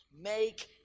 make